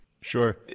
Sure